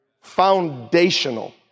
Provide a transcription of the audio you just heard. Foundational